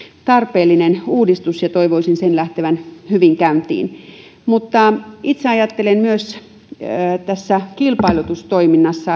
tarpeellinen uudistus ja toivoisin sen lähtevän hyvin käyntiin mutta itse ajattelen tässä kilpailutustoiminnassa